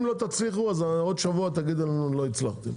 אם לא תצליחו אז עוד שבוע תגידו לנו לא הצלחתם,